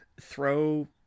throw